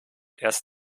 erst